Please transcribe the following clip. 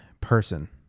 person